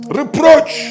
reproach